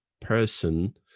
person